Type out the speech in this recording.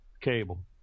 cable